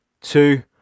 two